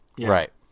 Right